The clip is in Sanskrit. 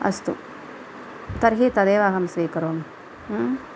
अस्तु तर्हि तदेव अहं स्वीकरोमि